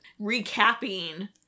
recapping